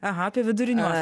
aha apie viduriniuosius